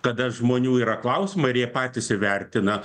kada žmonių yra klausiama ir jie patys įvertina